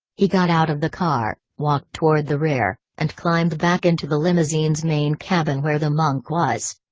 he got out of the car, walked toward the rear, and climbed back into the limousine's main cabin where the monk was.